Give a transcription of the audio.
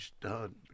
done